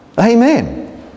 Amen